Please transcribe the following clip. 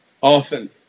Often